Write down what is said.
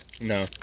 No